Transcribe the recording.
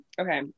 Okay